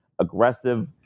aggressive